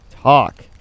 Talk